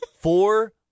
four